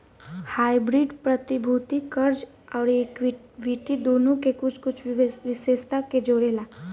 hybrid प्रतिभूति, कर्ज अउरी इक्विटी दुनो के कुछ कुछ विशेषता के जोड़ेला